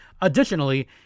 Additionally